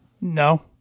No